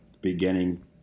beginning